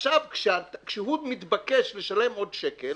עכשיו כשהוא מתבקש לשלם עוד שקל,